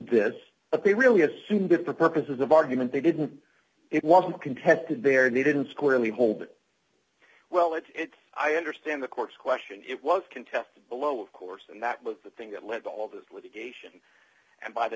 this but they really assume that for purposes of argument they didn't it wasn't contested there and they didn't squarely hold well it's i understand the court's question it was contested below of course and that was the thing that led to all this litigation and by the